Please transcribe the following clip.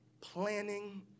planning